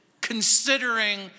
considering